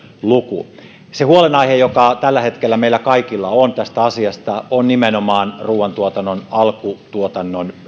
luku se huolenaihe joka tällä hetkellä meillä kaikilla on tästä asiasta on nimenomaan ruuantuotannon alkutuotannon